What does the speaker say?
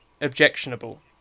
objectionable